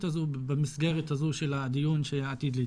הזו במסגרת הזו של הדיון שעתיד להתקיים.